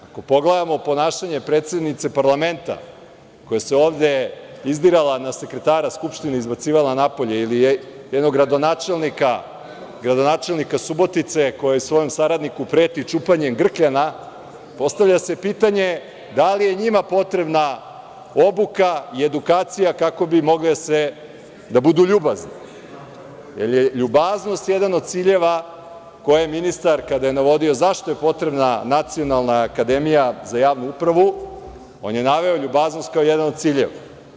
Ako pogledamo ponašanje predsednice parlamenta, koja se ovde izdirala na sekretara Skupštine i izbacivala napolje, ili jednog gradonačelnika Subotice, koji svom saradniku preti čupanjem grkljana, postavlja se pitanje da li je njima potrebna obuka i edukacija kako bi mogli da budu ljubazni, jer je ljubaznost jedan od ciljeva koje je ministar, kada je navodio zašto je potrebna Nacionalna akademija za javnu upravu, on je naveo ljubaznost kao jedan od ciljeva.